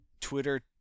Twitter